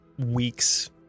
weeks